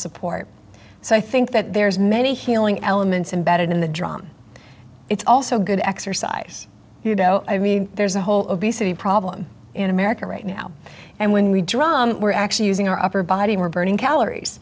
support so i think that there's many healing elements imbedded in the drama it's also good exercise you know i mean there's a whole obesity problem in america right now and when we drive we're actually using our upper body we're burning calories